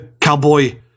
cowboy